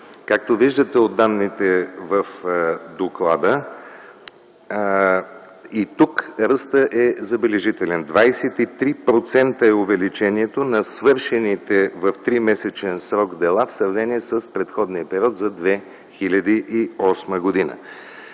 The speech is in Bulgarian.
Както виждате от данните в доклада, и тук ръстът е забележителен – 23% е увеличението на свършените в тримесечен срок дела в сравнение с предходния период, за 2008 г.